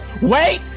Wait